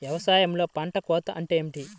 వ్యవసాయంలో పంట కోత అంటే ఏమిటి?